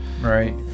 Right